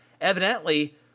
Evidently